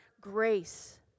grace